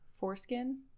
foreskin